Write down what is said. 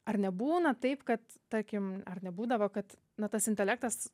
ar nebūna taip kad tarkim ar nebūdavo kad na tas intelektas